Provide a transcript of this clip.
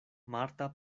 marta